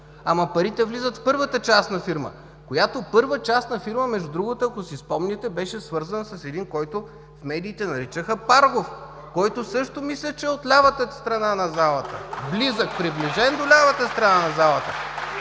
Но парите влизат в първата частна фирма, която, първа частна фирма, между другото, ако си спомняте, беше свързана с един, който в медиите наричаха „Паргов“, който, мисля, че също е от лявата страна на залата. (Ръкопляскания от ГЕРБ.) Близък, приближен до лявата страна на залата.